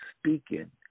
speaking